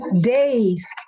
days